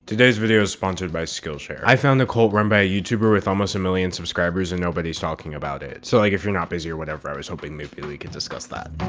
today's video is sponsored by skillshare. i found a cult run by a youtuber with almost a million subscribers and nobody's talking about it. so like if you're not busy or whatever, i was hoping maybe we could discuss that.